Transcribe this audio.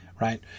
right